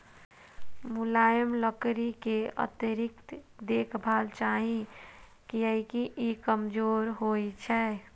मुलायम लकड़ी कें अतिरिक्त देखभाल चाही, कियैकि ई कमजोर होइ छै